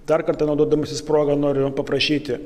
dar kartą naudodamasis proga noriu paprašyti